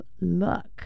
luck